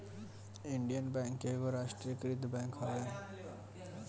Indian bank एगो राष्ट्रीयकृत bank हवे